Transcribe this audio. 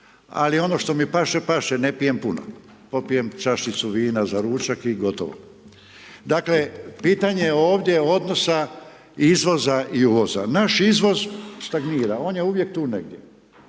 Ali ono što mi paše, paše. Ne pijem puno. Popijem čašicu vina za ručak i gotovo. Dakle, pitanje je ovdje odnosa izvoza i uvoza. Naš izvoz stagnira. On je uvijek tu negdje.